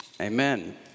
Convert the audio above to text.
Amen